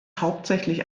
hauptsächlich